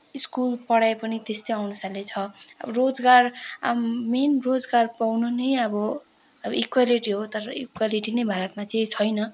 school पढाइ पनि त्यस्तै अनुसारले छ अब रोजगार मेन रोजगार पाउन नै अब अब इक्वेलिटी हो तर इक्वेलिटी नै भारतमा चाहिँ छैन